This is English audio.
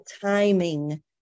timing